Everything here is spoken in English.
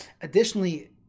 Additionally